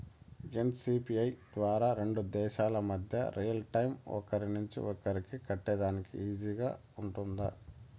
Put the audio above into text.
NCPI ద్వారా రెండు దేశాల మధ్య రియల్ టైము ఒకరి నుంచి ఒకరికి కట్టేదానికి ఈజీగా గా ఉంటుందా?